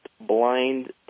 blind